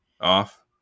off